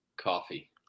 Coffee